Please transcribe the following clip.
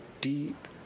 deep